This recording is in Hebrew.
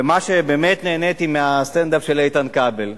ומה שבאמת נהניתי, מהסטנד-אפ של איתן כבל.